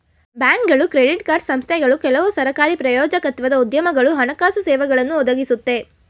ಬ್ಯಾಂಕ್ಗಳು credit card ಸಂಸ್ಥೆಗಳು ಕೆಲವು ಸರಕಾರಿ ಪ್ರಾಯೋಜಕತ್ವದ ಉದ್ಯಮಗಳು ಹಣಕಾಸು ಸೇವೆಗಳನ್ನು ಒದಗಿಸುತ್ತೆ